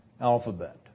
alphabet